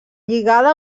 lligada